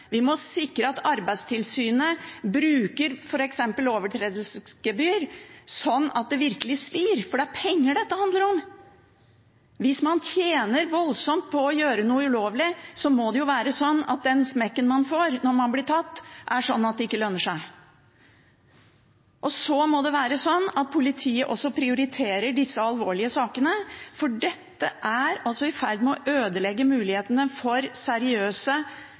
Vi må sikre at Arbeidstilsynet bruker f.eks. overtredelsesgebyr, slik at det virkelig svir, for det er penger dette handler om. Hvis man tjener voldsomt på å gjøre noe ulovlig, må det være sånn at den smekken man får når man blir tatt, er sånn at det ikke lønner seg. Og så må politiet også prioritere disse alvorlige sakene, for dette er i ferd med å ødelegge mulighetene for seriøse,